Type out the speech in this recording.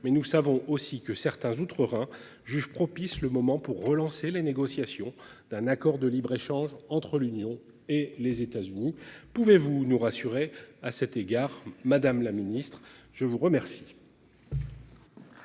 mais nous savons aussi que certains outre-Rhin jugent propice le moment pour relancer les négociations d'un accord de libre-échange entre l'Union et les États-Unis. Pouvez-vous nous rassurer à cet égard Madame la Ministre je vous remercie.